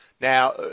Now